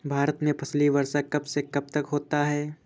भारत में फसली वर्ष कब से कब तक होता है?